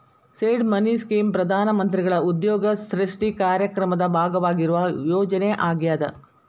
seed money scheme ಪ್ರಧಾನ ಮಂತ್ರಿಗಳ ಉದ್ಯೋಗ ಸೃಷ್ಟಿ ಕಾರ್ಯಕ್ರಮದ ಭಾಗವಾಗಿರುವ ಯೋಜನೆ ಆಗ್ಯಾದ